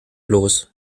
bloß